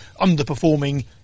underperforming